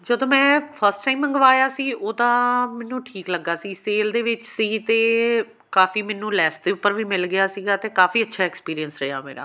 ਜਦੋਂ ਮੈਂ first time ਮੰਗਵਾਇਆ ਸੀ ਉਹ ਤਾਂ ਮੈਨੂੰ ਠੀਕ ਲੱਗਾ ਸੀ ਸੇਲ ਦੇ ਵਿੱਚ ਸੀ ਅਤੇ ਕਾਫ਼ੀ ਮੈਨੂੰ ਲੈੱਸ ਦੇ ਉੱਪਰ ਵੀ ਮਿਲ ਗਿਆ ਸੀਗਾ ਅਤੇ ਕਾਫ਼ੀ ਅੱਛਾ ਐਕਸਪੀਰੀਅੰਸ ਰਿਹਾ ਮੇਰਾ